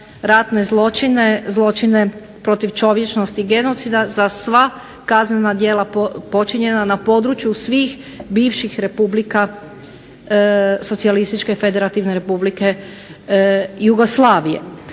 ratne zločine, zločine protiv čovječnosti i genocida, za sva kaznena djela počinjena na području svih bivših Republika Socijalističke federativne Republike Jugoslavije.